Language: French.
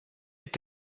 est